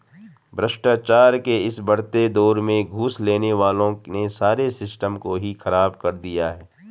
भ्रष्टाचार के इस बढ़ते दौर में घूस लेने वालों ने सारे सिस्टम को ही खराब कर दिया है